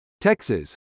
Texas